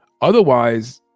Otherwise